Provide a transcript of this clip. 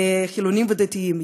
חילונים ודתיים,